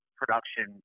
production